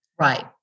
Right